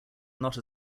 not